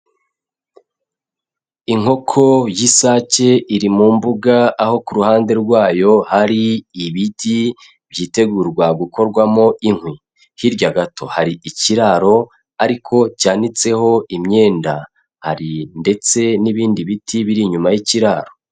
Inkoko y'isake iri mu mbuga aho ku ruhande rwayo hari ibiti byitegurwa gukorwamo inkwi, hirya gato hari ikiraro ariko cyanitseho imyenda hari ndetse n'ibindi biti biri inyuma y'ikiraro.